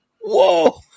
whoa